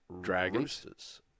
Dragons